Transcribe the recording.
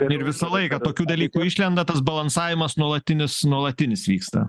ir visą laiką tokių dalykų išlenda tas balansavimas nuolatinis nuolatinis vyksta